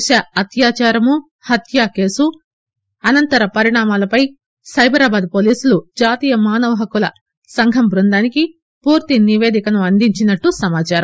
దిశ అత్యాచారం హత్య కేసు తదనంతర పరిణామాలపై సైబరాబాద్ పోలీసులు జాతీయ మానవ హక్కుల సంఘం బృందానికి పూర్తి నిపేదికను అందించినట్లు సమాచారం